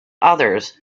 others